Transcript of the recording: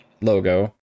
logo